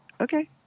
okay